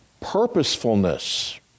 purposefulness